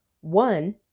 One